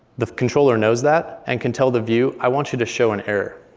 the controller knows that and can tell the view, i want you to show an error.